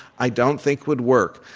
i don't think would work.